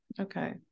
Okay